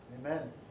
Amen